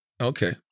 Okay